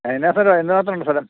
ആ എന്നാ സ്ഥലമാണ് എന്തുമാത്രമുണ്ട് സ്ഥലം